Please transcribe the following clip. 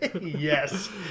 Yes